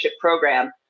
program